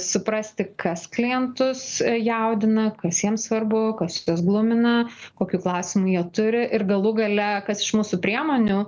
suprasti kas klientus jaudina kas jiem svarbu kas juos glumina kokių klausimų jie turi ir galų gale kas iš mūsų priemonių